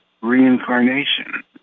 reincarnation